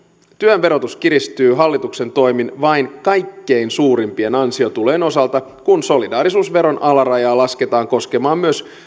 työn verotus kiristyy hallituksen toimin vain kaikkein suurimpien ansiotulojen osalta kun solidaarisuusveron alarajaa lasketaan koskemaan myös